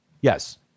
Yes